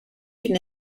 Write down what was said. une